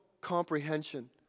comprehension